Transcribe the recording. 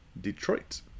Detroit